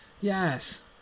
Yes